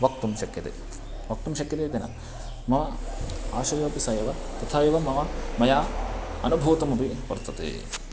वक्तुं शक्यते वक्तुं शक्यते इति न मम आशयोपि स एव तथा एव मम मया अनुभूतुमपि वर्तते